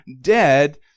dead